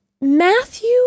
Matthew